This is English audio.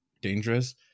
dangerous